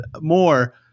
more